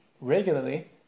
regularly